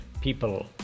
people